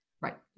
Right